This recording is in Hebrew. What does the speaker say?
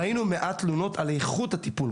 ראינו מעט תלונות על איכות הטיפול,